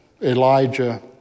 Elijah